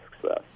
success